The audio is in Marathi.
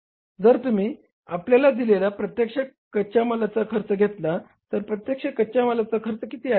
जर तुम्ही आपल्याला दिलेला प्रत्यक्ष कच्या मालाचा खर्च घेतला तर प्रत्यक्ष कच्या मालाचा खर्च किती आहे